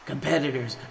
Competitors